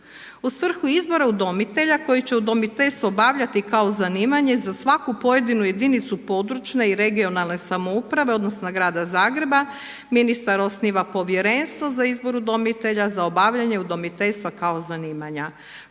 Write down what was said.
U svrhu izbora udomitelja koji će udomiteljstvo obavljati kao zanimanje, za svaku pojedinu jedinicu područne i regionalne samouprave odnosno grada Zagreba ministar osniva povjerenstvo za izbor udomitelja, za obavljanje udomiteljstva kao zanimanja.